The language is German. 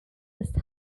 ist